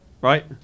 Right